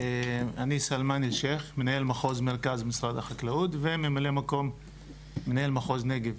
אני סלמאן אלשיך מנהל מחוז מרכז משרד החקלאות וממלא מקום מנהל מחוז נגב.